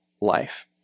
life